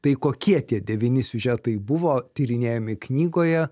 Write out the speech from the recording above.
tai kokie tie devyni siužetai buvo tyrinėjami knygoje